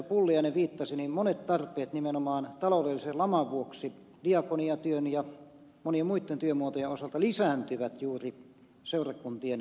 pulliainen viittasi monet tarpeet nimenomaan taloudellisen laman vuoksi diakoniatyön ja monien muitten työmuotojen osalta lisääntyvät juuri seurakuntien menoissa